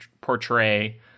portray